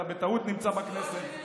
אתה בטעות נמצא בכנסת,